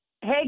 Hey